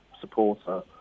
supporter